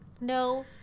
No